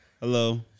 hello